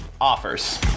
offers